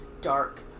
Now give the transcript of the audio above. dark